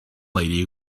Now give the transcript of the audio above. lady